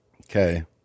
Okay